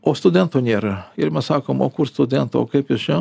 o studentų nėra ir mes sakom o kur studentai o kaip jūs čia